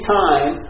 time